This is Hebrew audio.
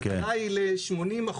ההגדרה היא ל-80%